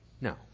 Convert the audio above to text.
No